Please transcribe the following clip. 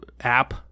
app